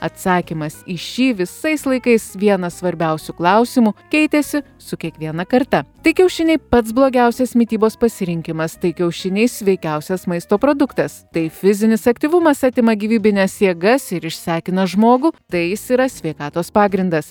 atsakymas į šį visais laikais vienas svarbiausių klausimų keitėsi su kiekviena karta tai kiaušiniai pats blogiausias mitybos pasirinkimas tai kiaušiniais sveikiausias maisto produktas tai fizinis aktyvumas atima gyvybines jėgas ir išsekina žmogų tai jis yra sveikatos pagrindas